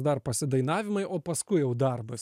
dar pasidainavimai o paskui jau darbas